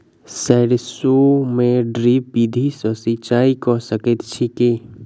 सैरसो मे ड्रिप विधि सँ सिंचाई कऽ सकैत छी की?